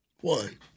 one